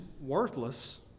worthless